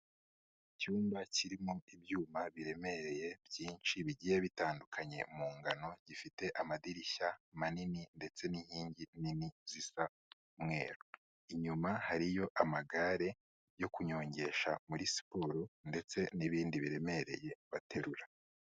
Icyumba kirimo ibyuma biremereye byinshi bigiye bitandukanye mu ngano, gifite amadirishya manini ndetse n'inkingi nini zisa umweru, inyuma hariyo amagare yo kunyongesha muri siporo ndetse n'ibindi biremereye baterura.